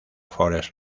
forest